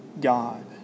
God